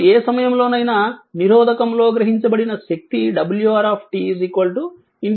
ఇప్పుడు ఏ సమయంలో నైనా నిరోధకంలో గ్రహించబడిన శక్తి WR 0tp dt